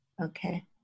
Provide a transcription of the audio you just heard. Okay